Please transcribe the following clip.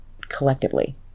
collectively